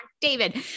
David